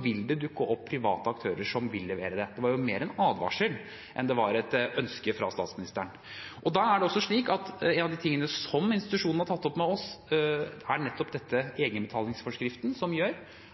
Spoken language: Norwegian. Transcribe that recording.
vil det dukke opp private aktører som vil levere det. Det var mer en advarsel enn et ønske fra statsministeren. En av de tingene som institusjonene har tatt opp med oss, er nettopp egenbetalingsforskriften, som gjør